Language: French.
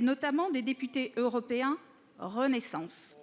notamment avec l’aide des députés européens Renaissance,